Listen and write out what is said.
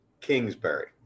Kingsbury